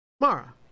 Mara